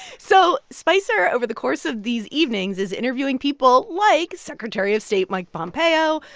so spicer, over the course of these evenings, is interviewing people like secretary of state mike pompeo,